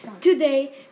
Today